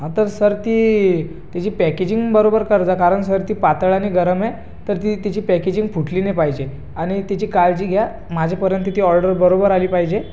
हां तर सर ती त्याची पॅकेजिंग बरोबर करा कारण सर ती पातळ आणि गरम आहे तर ती त्याची पॅकेजिंग फुटली नाही पाहिजे आणि त्याची काळजी घ्या माझ्यापर्यंत ती ऑर्डर बरोबर आली पाहिजे